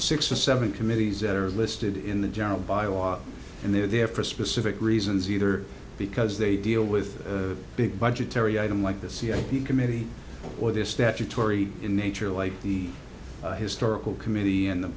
six or seven committees that are listed in the general bylaw and they are there for specific reasons either because they deal with big budgetary item like the cia committee or the statutory in nature like the historical committee and the